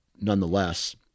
nonetheless